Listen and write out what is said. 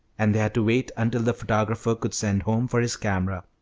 and they had to wait until the photographer could send home for his camera.